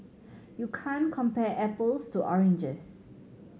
you can't compare apples to oranges